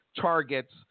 targets